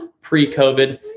pre-COVID